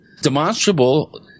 demonstrable